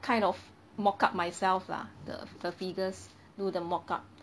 kind of mock up myself lah the the figures do the mock up